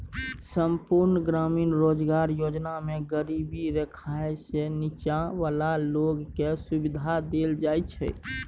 संपुर्ण ग्रामीण रोजगार योजना मे गरीबी रेखासँ नीच्चॉ बला लोक केँ सुबिधा देल जाइ छै